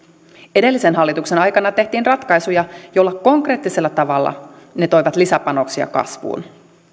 edellisen hallituksen aikana tehtiin ratkaisuja joilla konkreettisella tavalla lisäpanoksia kasvuun